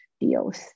deals